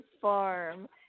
farm